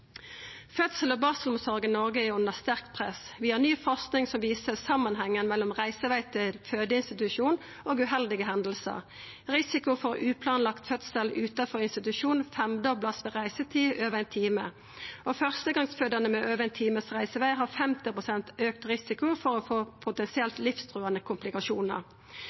i Noreg er under sterkt press. Vi har ny forsking som viser samanhengen mellom reiseveg til fødeinstitusjon og uheldige hendingar. Risiko for ikkje planlagd fødsel utanfor institusjon vert femdobla ved reisetid på over ein time. Førstegongsfødande med over ein times reiseveg har 50 pst. auka risiko for å få potensielt livstruande komplikasjonar.